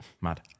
mad